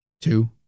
two